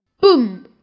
Boom